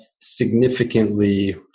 significantly